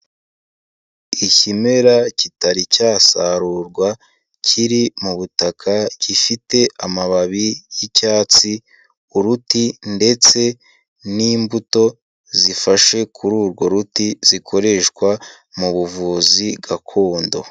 Ikimera kitari cyasarurwa kiri mu butaka gifite amababi y'icyatsi uruti ndetse n'imbuto zifashe kuri urwo ruti zikoreshwa mu buvuzi gakondo.